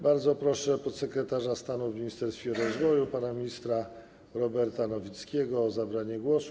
Bardzo proszę podsekretarza stanu w Ministerstwie Rozwoju pana ministra Roberta Nowickiego o zabranie głosu.